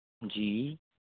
जी